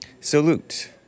Salute